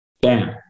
bam